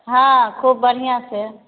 हँ खूब बढ़िऑं से